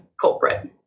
culprit